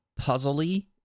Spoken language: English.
puzzly